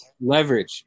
leverage